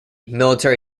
military